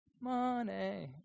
money